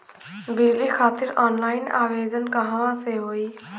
बिजली खातिर ऑनलाइन आवेदन कहवा से होयी?